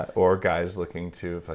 or guys looking to. ah